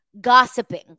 gossiping